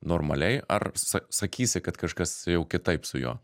normaliai ar sa sakysi kad kažkas jau kitaip su juo